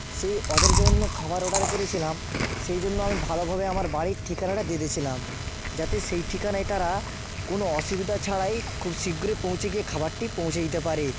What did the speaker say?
সেই ওদের জন্য খাবার অর্ডার করেছিলাম সেই জন্য আমি ভালোভাবে আমার বাড়ির ঠিকানাটা দিয়ে দিয়েছিলাম যাতে সেই ঠিকানায় তারা কোনও অসুবিধা ছাড়াই খুব শীঘ্রই পৌঁছে গিয়ে খাবারটি পৌঁছে দিতে পারে